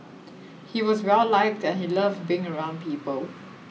he was well liked and he loved being around people